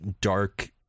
dark